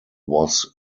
was